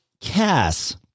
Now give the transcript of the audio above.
Cass